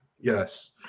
Yes